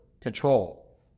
control